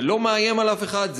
זה לא מאיים על אף אחד.